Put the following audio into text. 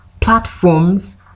platforms